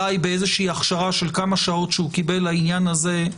די באיזושהי הכשרה של כמה שעות שהוא קיבל לעניין הזה,